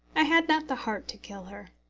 i had not the heart to kill her.